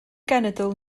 genedl